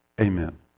Amen